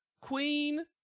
Queen